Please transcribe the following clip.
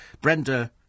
Brenda